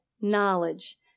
Knowledge